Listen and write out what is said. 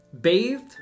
bathed